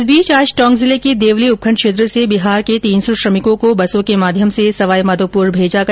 इस बीच आज टोंक जिले के देवली उपखण्ड क्षेत्र से बिहार के तीन सौ श्रमिकों को बसों के माध्यम से सवाईमाधोपुर भेजा गया